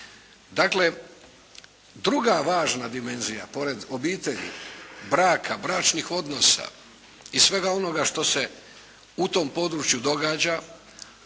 Dakle, druga važna dimenzija pored obitelji, braka, bračnih odnosa i svega onoga što se u tom području događa,